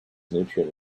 nutrient